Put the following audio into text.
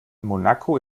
monaco